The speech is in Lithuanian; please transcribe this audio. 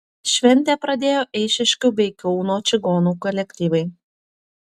šventę pradėjo eišiškių bei kauno čigonų kolektyvai